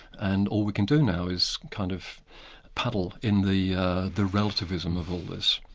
and all we can do now is kind of paddle in the the relativism of all this.